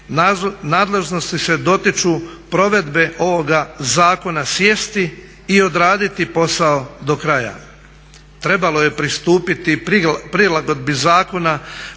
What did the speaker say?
nadležnosti se dotiču provedbe ovoga zakona sjesti i odraditi posao do kraja. Trebalo je pristupiti prilagodbi zakona